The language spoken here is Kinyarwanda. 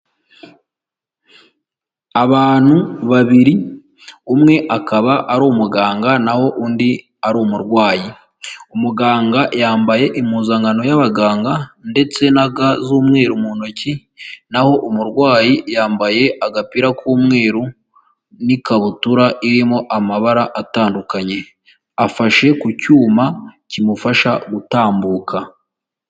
Abantu babiri, umwe akaba ari umuganga naho undi ari umurwayi, umuganga yambaye impuzankano y'abaganga ndetse na ga z'umweru mu ntoki naho umurwayi yambaye agapira k'umweru n'ikabutura irimo amabara atandukanye, afashe ku cyuma kimufasha gutambuka.